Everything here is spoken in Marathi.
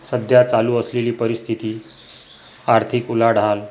सध्या चालू असलेली परिस्थिती आर्थिक उलाढाल